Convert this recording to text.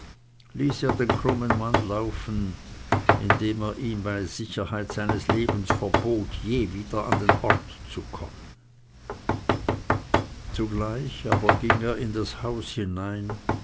den krummen mann laufen indem er ihm bei sicherheit seines lebens verbot je wieder an den ort zu kommen zugleich aber ging er in das haus hinein